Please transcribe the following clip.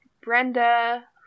Brenda